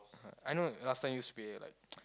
I know last time used to be like